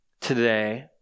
today